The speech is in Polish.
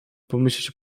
pomyśleć